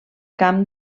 camp